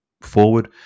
forward